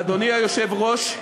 אדוני היושב-ראש,